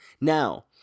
Now